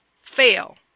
fail